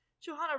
Johanna